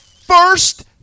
first